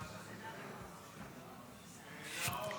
נאור,